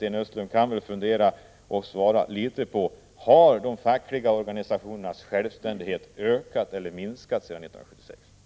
Till sist tycker jag att Sten Östlund borde kunna gå in på frågan om de fackliga organisationernas självständighet har ökat eller minskat sedan 1976.